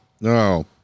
No